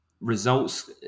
results